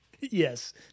Yes